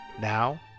Now